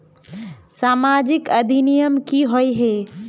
सामाजिक अधिनियम की होय है?